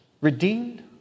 redeemed